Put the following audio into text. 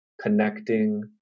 connecting